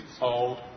old